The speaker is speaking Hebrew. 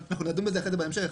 נדון בזה אחרי זה בהמשך,